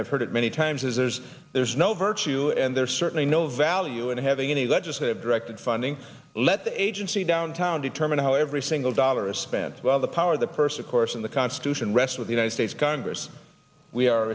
i've heard it many times is there's there's no virtue and there's certainly no value in having any legislative directed funding let the agency down town determine how every single dollar is spent well the power the person course in the constitution rests with united states congress we are